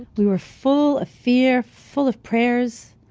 we were full of fear, full of prayers.